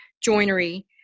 joinery